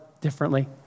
differently